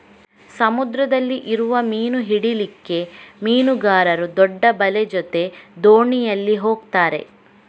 ಸಮುದ್ರದಲ್ಲಿ ಇರುವ ಮೀನು ಹಿಡೀಲಿಕ್ಕೆ ಮೀನುಗಾರರು ದೊಡ್ಡ ಬಲೆ ಜೊತೆ ದೋಣಿಯಲ್ಲಿ ಹೋಗ್ತಾರೆ